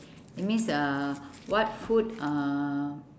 that means uh what food uh